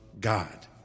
God